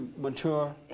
mature